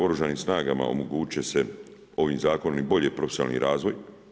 Oružanim snagama omogućit će se ovim zakonom i bolji profesionalni razvoj.